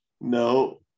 No